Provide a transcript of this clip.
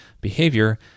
behavior